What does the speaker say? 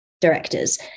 directors